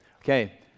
okay